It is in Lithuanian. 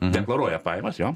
deklaruoja pajamas jo